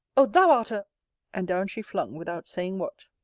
o thou art a and down she flung without saying what.